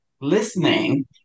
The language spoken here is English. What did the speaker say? listening